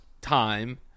time